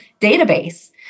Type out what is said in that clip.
database